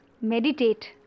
meditate